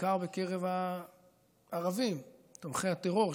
בעיקר בקרב הערבים תומכי הטרור,